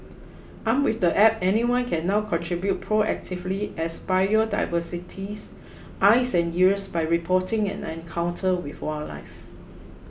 armed with the app anyone can now contribute proactively as biodiversity's eyes and ears by reporting an encounter with wildlife